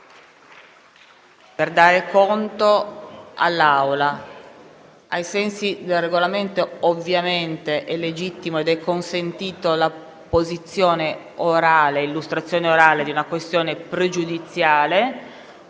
Per dare conto all'Assemblea, ai sensi del Regolamento ovviamente è legittima ed è consentita l'illustrazione orale di una questione pregiudiziale,